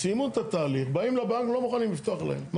סיימו את התהליך, באים לבנק, לא מוכנים לפתוח להם.